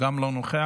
גם לא נוכח.